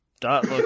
Dot